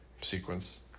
sequence